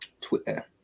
Twitter